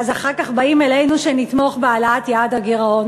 ואחר כך באים אלינו שנתמוך בהעלאת יעד הגירעון.